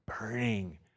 burning